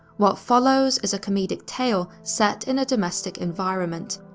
what follows is a comedic tale set in a domestic environment,